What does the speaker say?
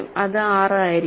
അത് 6 ആയിരിക്കും